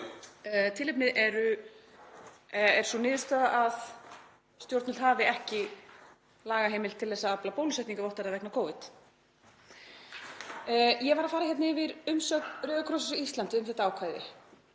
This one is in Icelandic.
Tilefnið er sú niðurstaða að stjórnvöld hafi ekki lagaheimild til þess að afla bólusetningarvottorða vegna Covid. Ég var að fara yfir umsögn Rauða krossins á Íslandi um þetta ákvæði